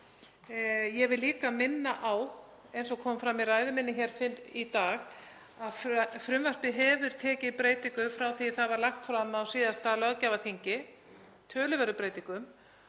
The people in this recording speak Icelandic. Ég vil líka minna á, eins og kom fram í ræðu minni hér fyrr í dag, að frumvarpið hefur tekið breytingum frá því að það var lagt fram á síðasta löggjafarþingi, töluverðum breytingum.